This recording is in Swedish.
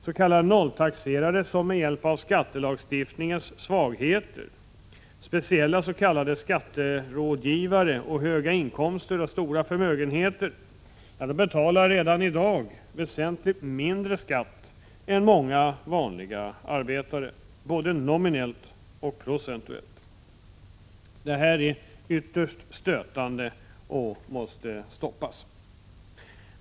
S. k. nolltaxerare betalar redan i dag med hjälp av skattelagstiftningens svagheter, speciella s.k. skatterådgivare samt höga inkomster och stora förmögenheter väsentligt mindre skatt än många vanliga arbetare, både nominellt och procentuellt. Det här är ytterst stötande och måste stoppas.